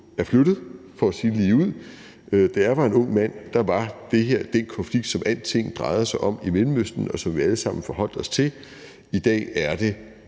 er flyttet for at sige det ligeud. Da jeg var en ung mand, var det den her konflikt, som alting drejede sig om i Mellemøsten, og som vi alle sammen forholdt os til. I dag er det